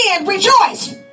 rejoice